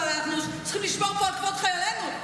אבל אנחנו צריכים לשמור פה על כבוד חיילינו.